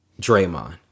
Draymond